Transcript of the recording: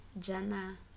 jana